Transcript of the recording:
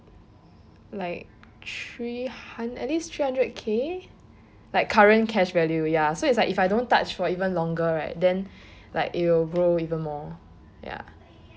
like three hun~ at least three hundred K like current cash value ya so it's like if I don't touch for even longer right then like it will grow even more